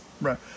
Right